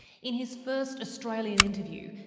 in his first australian interview,